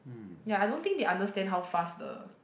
ya I don't think they understand how fast the